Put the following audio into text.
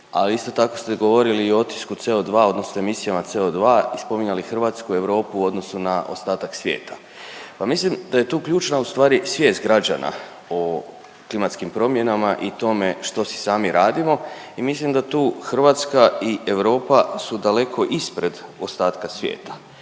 Ali isto tako ste govorili i o otisku CO2, odnosno emisijama CO2 i spominjali Hrvatsku, Europu u odnosu na ostatak svijeta. Pa mislim da je tu ključna u stvari svijest građana o klimatskim promjenama i tome što si sami radimo. I mislim da tu Hrvatska i Europa su daleko ispred ostatka svijeta